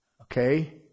Okay